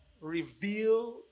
reveal